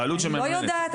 אני לא יודעת.